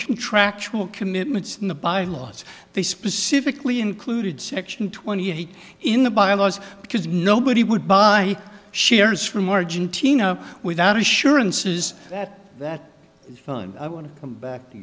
contractual commitments in the bylaws they specifically included section twenty eight in the bylaws because nobody would buy shares from argentina without assurances that that fund i want to come back to